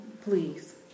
please